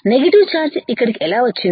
negative charge ఇక్కడికి ఎలా వచ్చింది